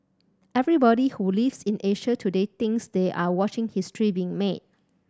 everybody who lives in Asia today thinks they are watching history being made